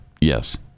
Yes